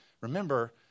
remember